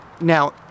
now